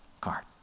card